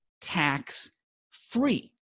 tax-free